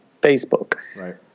Facebook